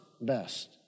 best